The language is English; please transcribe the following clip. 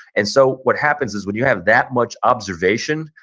and so what happens is when you have that much observation,